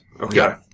Okay